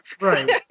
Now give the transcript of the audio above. right